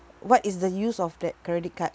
what is the use of that credit card